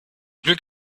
glück